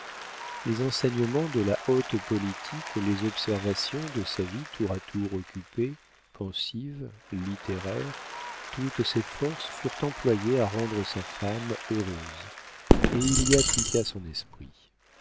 les enseignements de la haute politique les observations de sa vie tour à tour occupée pensive littéraire toutes ses forces furent employées à rendre sa femme heureuse et il y appliqua son esprit